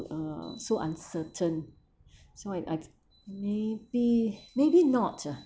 uh so uncertain so I I maybe maybe not ah